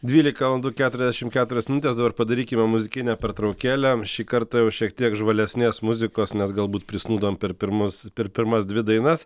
dvylika valandų keturiasdešim keturios minutes dabar padarykime muzikinę pertraukėlę šį kartą jau šiek tiek žvalesnės muzikos nes galbūt prisnūdom per pirmus per pirmas dvi dainas